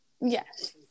Yes